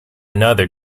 another